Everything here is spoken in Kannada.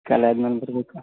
ಖಾಲಿ ಆದಮೇಲೆ ಬರಬೇಕಾ